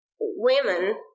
women